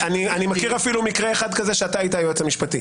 מכיר אפילו מקרה אחד כזה שאתה היית היועץ המשפטי,